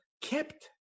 kept